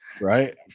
Right